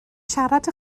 siarad